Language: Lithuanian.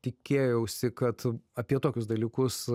tikėjausi kad apie tokius dalykus